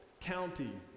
county